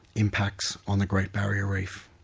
impacts on the great barrier reef.